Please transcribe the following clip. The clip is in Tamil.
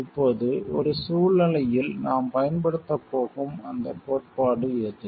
இப்போது ஒரு சூழ்நிலையில் நாம் பயன்படுத்தப் போகும் அந்த கோட்பாடு எது